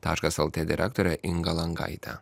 taškas lt direktore inga langaite